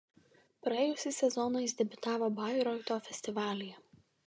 praėjusį sezoną jis debiutavo bairoito festivalyje